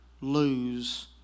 Lose